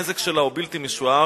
הנזק שלה הוא בלתי משוער,